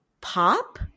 pop